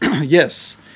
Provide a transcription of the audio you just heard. Yes